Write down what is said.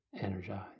energized